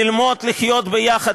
ללמוד לחיות ביחד,